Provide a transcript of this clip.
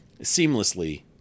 seamlessly